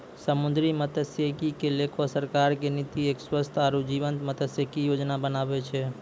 समुद्री मत्सयिकी क लैकॅ सरकार के नीति एक स्वस्थ आरो जीवंत मत्सयिकी योजना बनाना छै